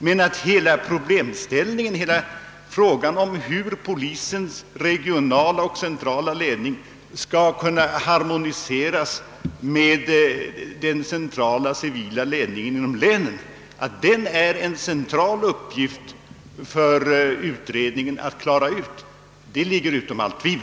Men att det är en central uppgift för utredningen att ta ställning till hur polisens centrala regionala ledning skall kunna harmoniseras med den centrala civila ledningen 1 länet står utom allt tvivel.